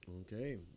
Okay